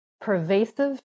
pervasive